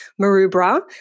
Maroubra